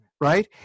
right